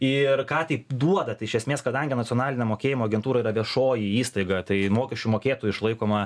ir ką tai duoda tai iš esmės kadangi nacionalinė mokėjimų agentūra yra viešoji įstaiga tai mokesčių mokėtojų išlaikoma